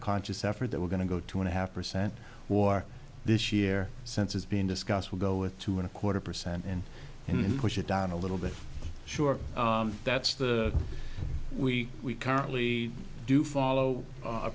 a conscious effort that we're going to go two and a half percent war this year since it's been discussed we go with two and a quarter percent and in push it down a little bit sure that's the we we currently do follow